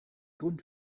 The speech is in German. grund